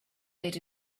made